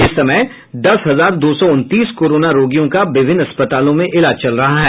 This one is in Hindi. इस समय दस हजार दो सौ उनतीस कोरोना रोगियों का विभिन्न अस्पतालों में इलाज चल रहा है